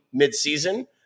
midseason